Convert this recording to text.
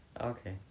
Okay